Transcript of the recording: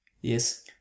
Yes